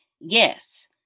Yes